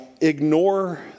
ignore